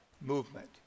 Movement